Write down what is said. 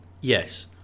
yes